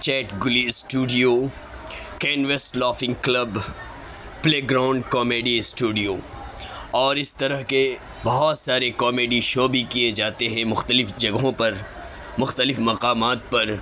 chat گلی studio canvas laughing club play ground comedy studio اور اس طرح کے بہت سارے کامیڈی شو بھی کیے جاتے ہیں مختلف جگہوں پر مختلف مقامات پر